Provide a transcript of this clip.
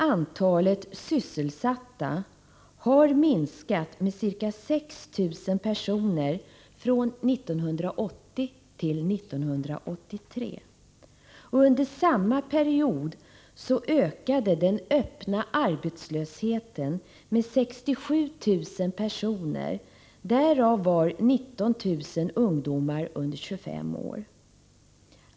Antalet sysselsatta har minskat med ca 6 000 personer från 1980 till 1983. Under samma period ökade den öppna arbetslösheten med 67 000 personer, varav 19 000 ungdomar under 25 år.